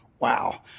wow